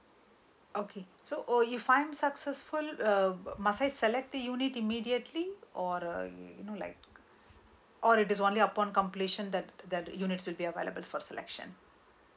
okay so oh if I'm successful uh must I select the unit immediately or uh you know like or is it only upon completion that that units will be able for selection